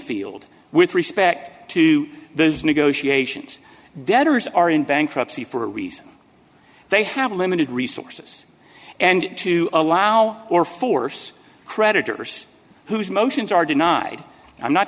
field with respect to those negotiations debtors are in bankruptcy for a reason they have limited resources and to allow or force creditors whose motions are denied i'm not